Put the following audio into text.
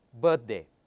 birthday